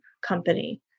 company